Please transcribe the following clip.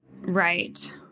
Right